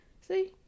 See